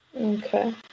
okay